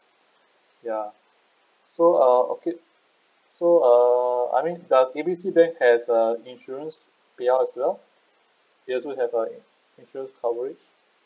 ya so uh okay so err I mean does A B C bank has a insurance pay out as well it also have uh insurance coverage